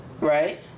Right